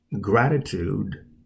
gratitude